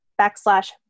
backslash